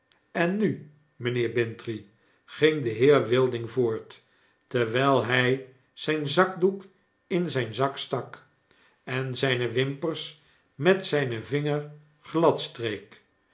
en nu mynheer bintrey ging de heer wilding voort terwijl hy zijn zakdoek in zijn zak stak en zyne wimpers met zyne vingers